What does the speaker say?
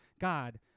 God